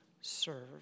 serve